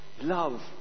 love